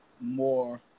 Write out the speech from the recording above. more